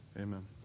amen